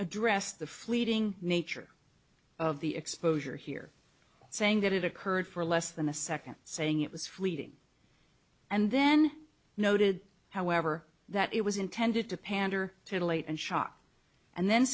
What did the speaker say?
addressed the fleeting nature of the exposure here saying that it occurred for less than a second saying it was fleeting and then noted however that it was intended to pander to the light and shock and then